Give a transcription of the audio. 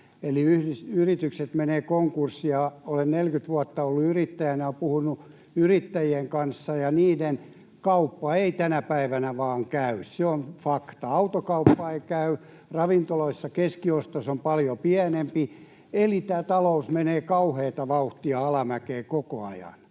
Yritykset menevät konkurssiin. Olen 40 vuotta ollut yrittäjänä ja puhunut yrittäjien kanssa, ja heillä kauppa ei tänä päivänä vain käy. Se on fakta. Autokauppa ei käy, ravintoloissa keskiostos on paljon pienempi. Eli talous menee kauheata vauhtia alamäkeä koko ajan.